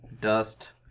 Dust